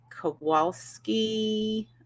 Kowalski